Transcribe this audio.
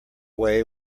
way